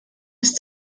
ist